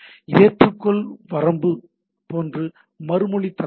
ஏற்றுக்கொள் வரம்பு போன்று மறுமொழி தலைப்பு உள்ளது